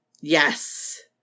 Yes